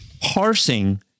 parsing